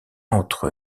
entre